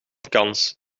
kans